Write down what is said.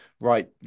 right